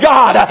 God